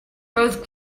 rose